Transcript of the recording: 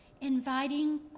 inviting